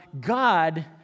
God